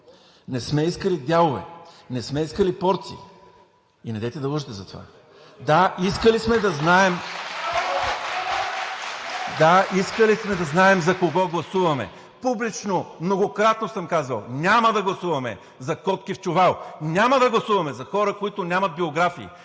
не сме искали дялове, не сме искали порции и недейте да лъжете за това. (Шум и реплики от ДБ: „Браво!“) Да, искали сме да знаем за кого гласуваме – публично, многократно съм казвал: няма да гласуваме за котки в чувал, няма да гласуваме за хора, които нямат биографии,